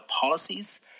policies